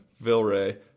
Vilray